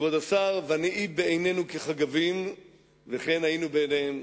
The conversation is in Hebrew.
כבוד השר, ונהי בעינינו כחגבים וכן היינו בעיניהם.